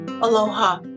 Aloha